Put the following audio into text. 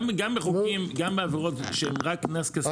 גם בעבירות שהן רק קנס כספי בלי נקודות,